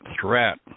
threat